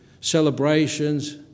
celebrations